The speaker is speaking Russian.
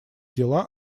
дела